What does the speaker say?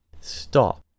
stop